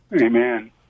Amen